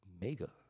mega